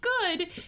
good